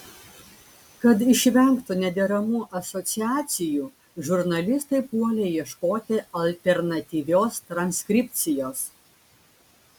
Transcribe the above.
kad išvengtų nederamų asociacijų žurnalistai puolė ieškoti alternatyvios transkripcijos